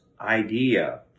idea